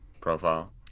profile